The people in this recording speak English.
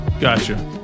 Gotcha